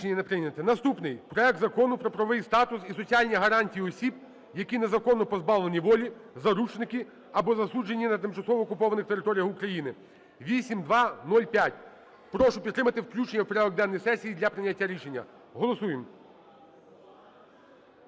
Наступний – проект Закону про правовий статус і соціальні гарантії осіб, які незаконно позбавлені волі, заручники, або засуджені на тимчасово окупованих територіях України (8205). Прошу підтримати включення в порядок денний сесії для прийняття рішення. Голосуємо.